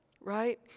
Right